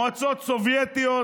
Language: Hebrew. מועצות סובייטיות,